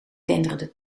denderde